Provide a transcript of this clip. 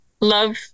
love